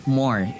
more